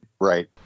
right